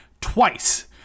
twice